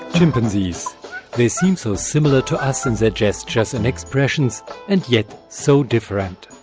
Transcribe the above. chimpanzees they seem so similar to us in their gestures and expressions and yet so different.